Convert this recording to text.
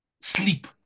sleep